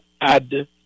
add